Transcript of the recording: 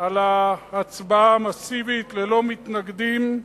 על ההצבעה המסיבית, ללא מתנגדים,